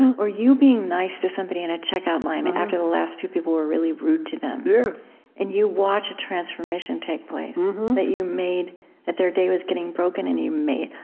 or you being nice to somebody in a checkout line, after the last two people were really rude to them. yeah and you watch a transformation take place that you made that their day was getting broken, and you made.